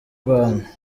rwanda